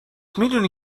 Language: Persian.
میدونی